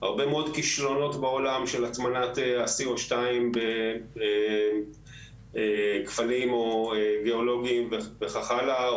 הרבה מאוד כישלונות בעולם של הטמנת ה-2CO בכפלים גיאולוגיים וכך הלאה,